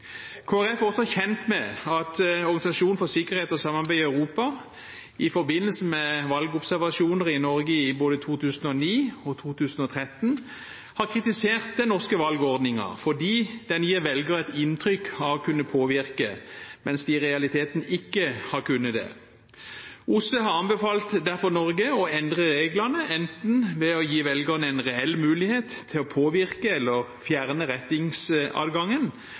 er også kjent med at Organisasjonen for sikkerhet og samarbeid i Europa i forbindelse med valgobservasjoner i Norge i både 2009 og 2013 har kritisert den norske valgordningen fordi den gir velgerne et inntrykk av å kunne påvirke, mens de i realiteten ikke har kunnet det. OSSE har derfor anbefalt Norge å endre reglene enten ved å gi velgerne en reell mulighet til å påvirke eller fjerne rettingsadgangen